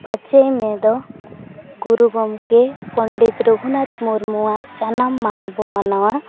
ᱯᱟᱸᱪᱮᱭ ᱢᱮ ᱫᱚ ᱜᱩᱨᱩ ᱜᱚᱢᱠᱮ ᱯᱚᱱᱰᱤᱛ ᱨᱟᱹᱜᱷᱩᱱᱟᱛᱷ ᱢᱩᱨᱢᱩᱣᱟᱜ ᱡᱟᱱᱟᱢ ᱢᱟᱦᱟ ᱵᱚ ᱢᱟᱱᱟᱣᱟ